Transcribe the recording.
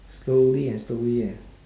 slowly and slowly eh